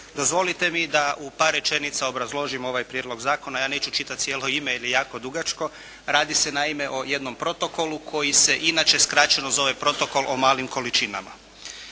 Dozvolite mi da u par rečenica obrazložim ovaj prijedlog zakona, ja neću čitati cijelo ime jer je jako dugačko. Radi se naime o jednom protokolu koji se inače skraćeno zove Protokol o malim količinama.